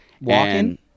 Walking